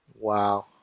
Wow